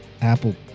Apple